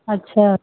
अच्छा